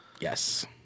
Yes